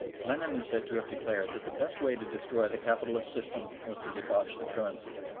lenin is said to have declared that the best way to destroy the capitalist system was to debauch the currency.